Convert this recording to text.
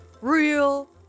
Real